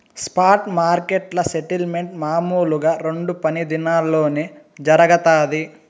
spot మార్కెట్ల settlement మామూలుగా రెండు పని దినాల్లోనే జరగతాది